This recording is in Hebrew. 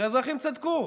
שהאזרחים צדקו.